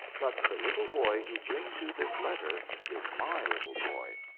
but the little boy who brings you this letter is my little boy,